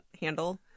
handle